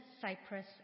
Cyprus